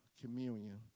communion